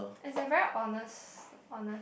it's a very honest honest